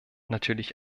natürlich